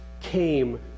came